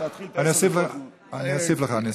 אני אוסיף לך, אני אוסיף לך.